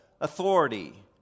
authority